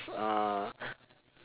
uh